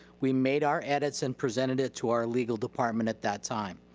we made our edits and presented it to our legal department at that time.